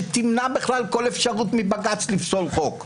שתמנע כל אפשרות מבג"ץ לפסול חוק.